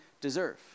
deserve